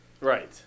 Right